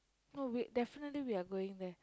no wait definitely we're going there